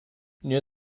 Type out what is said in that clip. near